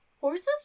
Horses